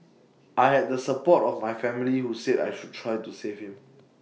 I had the support of my family who said I should try to save him